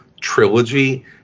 trilogy